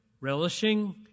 relishing